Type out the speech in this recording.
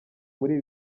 muri